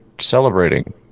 celebrating